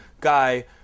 guy